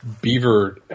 Beaver